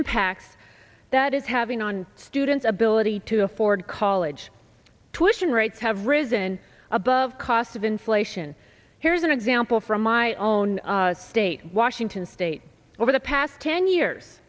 impact that is having on students ability to afford college tuition rates have risen above cost of inflation here's an example from my own state washington state over the past ten years